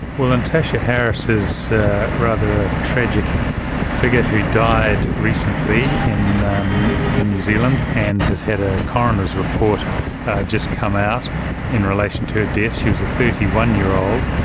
well, natasha harris is rather a tragic figure who died recently in um in new zealand and has had a coroner's report just come out in relation to her death. she was a thirty one year old.